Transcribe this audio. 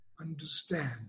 understand